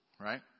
Right